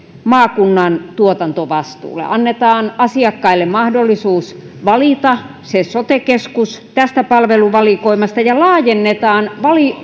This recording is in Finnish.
maakunnan tuotantovastuulle annetaan asiakkaille mahdollisuus valita se sote keskus tästä palveluvalikoimasta ja laajennetaan